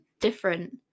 different